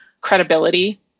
credibility